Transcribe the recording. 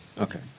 Okay